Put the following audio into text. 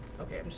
okay